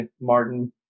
Martin